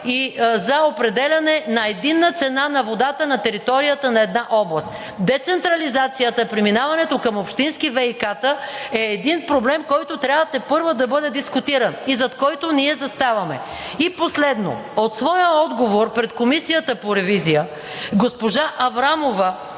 за определяне на единна цена на водата на територията на една област. Децентрализацията, преминаването към общински ВиК-та е един проблем, който трябва тепърва да бъде дискутиран и зад който ние заставаме. И последно, в своя отговор пред Комисията по ревизия госпожа Аврамова